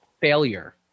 Failure